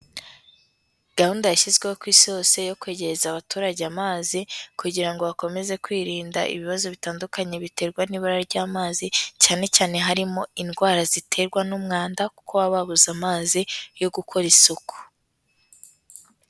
Gahunda yashyizweho ku isi hose yo kwegereza abaturage amazi, kugira ngo bakomeze kwirinda ibibazo bitandukanye biterwa n'ibara ry'amazi, cyane cyane harimo indwara ziterwa n'umwanda kuko baba babuze amazi yo gukora isuku.